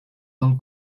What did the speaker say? del